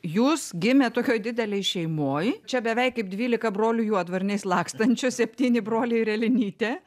jūs gimėt tokioj didelėj šeimoj čia beveik kaip dvylika brolių juodvarniais lakstančių septyni broliai ir elenytė